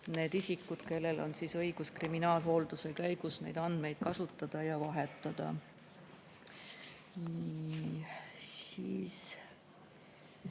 need isikud, kellel on õigus kriminaalhoolduse käigus andmeid kasutada ja vahetada. Üks